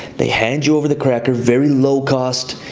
they hand you over the cracker, very low cost,